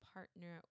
Partner